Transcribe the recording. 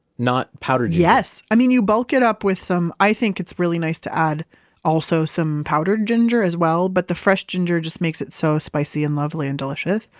not powdered ginger yes. i mean, you bulk it up with some. i think it's really nice to add also some powdered ginger as well, but the fresh ginger just makes it so spicy and lovely and delicious,